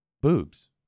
Boobs